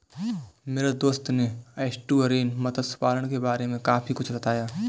मेरे दोस्त ने एस्टुअरीन मत्स्य पालन के बारे में काफी कुछ बताया